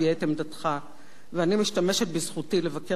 ואני משתמשת בזכותי לבקר קשות את העמדה הזאת